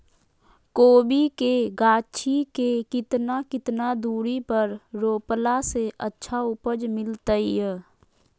कोबी के गाछी के कितना कितना दूरी पर रोपला से अच्छा उपज मिलतैय?